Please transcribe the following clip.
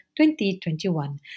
2021